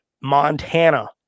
Montana